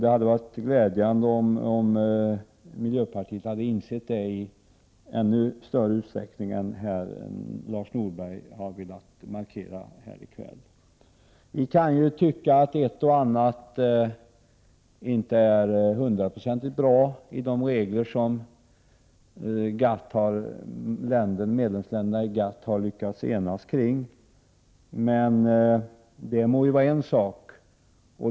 Det hade varit glädjande om miljöpartiet hade insett detta i ännu större utsträckning än vad Lars Norberg har velat markera här i kväll. Vi kan ju tycka att ett och annat inte är hundraprocentigt bra i de regler som medlemsländerna i GATT har lyckats ena sig kring — det må vara en sak.